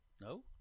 no